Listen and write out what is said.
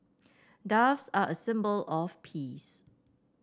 doves are a symbol of peace